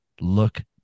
look